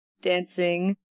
dancing